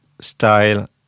style